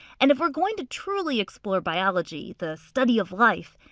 and if we're going to truly explore biology, the study of life,